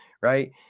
right